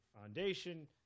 foundation